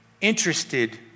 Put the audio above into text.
interested